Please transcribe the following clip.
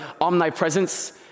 omnipresence